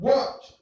Watch